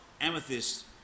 Amethyst